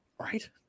Right